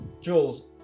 Jules